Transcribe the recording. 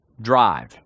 drive